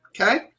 okay